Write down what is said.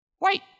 Wait